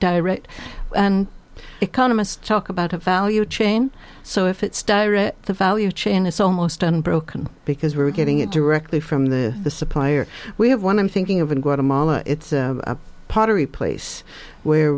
direct and economists talk about a value chain so if it's direct the value chain is almost unbroken because we're getting it directly from the the supplier we have one i'm thinking of in guatemala it's a pottery place where